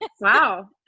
Wow